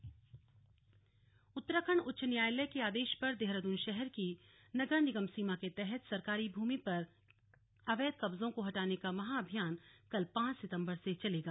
अपर मुख्य सचिव उत्तराखंड उच्च न्यायालय के आदेश पर देहरादून शहर की नगर निगम सीमा के तहत सरकारी भूमि पर अवैध कब्जों को हटाने का महा अभियान कल पांच सितंबर से चलेगा